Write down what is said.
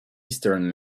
eastern